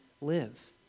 live